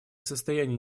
состоянии